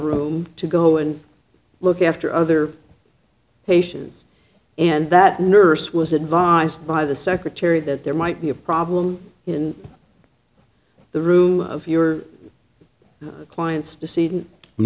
room to go and look after other patients and that nurse was advised by the secretary that there might be a problem in the room of your clients to see